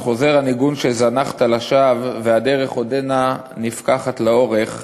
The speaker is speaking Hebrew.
"עוד חוזר הניגון שזנחת לשווא / והדרך עודנה נפקחת לאורך /